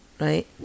right